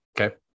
Okay